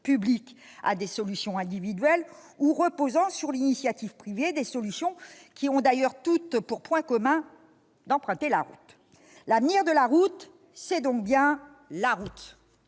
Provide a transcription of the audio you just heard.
publics, à des solutions individuelles ou reposant sur l'initiative privée, des solutions qui ont d'ailleurs toutes pour point commun d'emprunter la route. L'avenir de la route, c'est donc ... la route